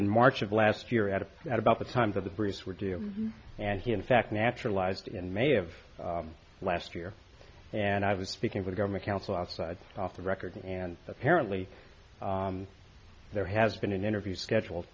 in march of last year at a at about the times of the briefs were due and he in fact naturalized in may of last year and i've been speaking with government counsel outside off the record and apparently there has been an interview scheduled